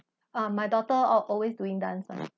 uh my daughter al~ always doing dance ah